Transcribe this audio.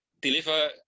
deliver